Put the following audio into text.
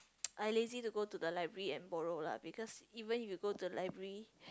I lazy to go to the library and borrow lah because even if you go to the library